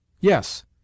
Yes